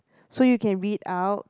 so you can read out